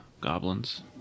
goblins